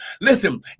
Listen